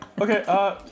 Okay